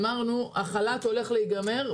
אמרנו שהחל"ת עומד להיגמר,